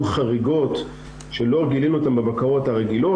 חריגות שלא גילינו אותן בבקרות הרגילות,